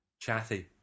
chatty